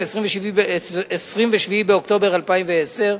27 באוקטובר 2010,